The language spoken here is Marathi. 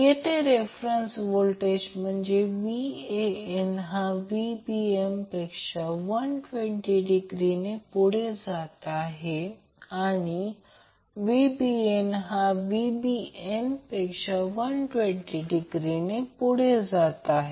येथे रेफरन्स व्होल्टेज म्हणजेच Van हा Vbn पेक्षा 120 डिग्रीने पुढे जात आहे आणि Vbn हा Vbnपेक्षा 120 डिग्रीने पुढे जात आहे